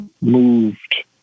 moved